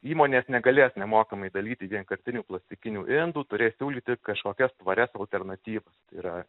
įmonės negalės nemokamai dalyti vienkartinių plastikinių indų turės siūlyti kažkokias tvarias alternatyvas tai yra